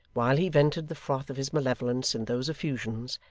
while he vented the froth of his malevolence in those effusions,